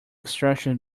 instructions